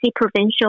Provincial